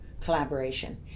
collaboration